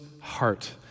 heart